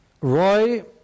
Roy